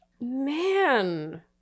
Man